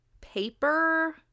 paper